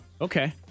Okay